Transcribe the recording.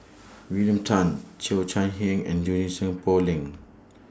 William Tan Cheo Chai Hiang and Junie Sng Poh Leng